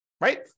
right